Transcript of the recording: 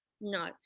no